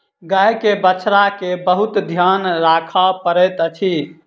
गाय के बछड़ा के बहुत ध्यान राखअ पड़ैत अछि